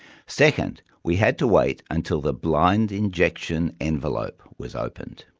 second, we had to wait until the blind injection envelope was opened.